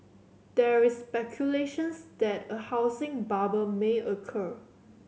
there is speculations that a housing bubble may occur